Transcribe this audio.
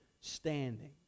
standing